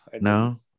no